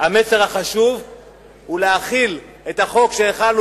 המסר החשוב הוא להחיל את החוק שהחלנו